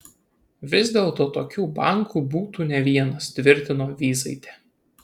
vis dėlto tokių bankų būtų ne vienas tvirtino vyzaitė